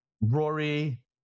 Rory